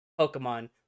Pokemon